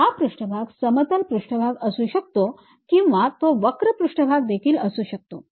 हा पृष्ठभाग समतल पृष्ठभाग असू शकतो किंवा तो वक्र पृष्ठभाग देखील असू शकतो